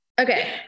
Okay